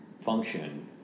function